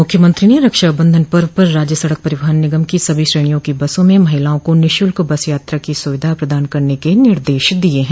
मुख्यमंत्री ने रक्षाबंधन पर्व पर राज्य सड़क परिवहन निगम की सभी श्रेणियों की बसों में महिलाओं को निःशुल्क बस यात्रा की सुविधा प्रदान करने के निर्देश दिये हैं